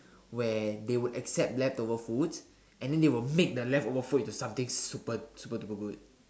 where they would accept leftover food and then they will make the leftover food into something super super duper good